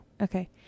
Okay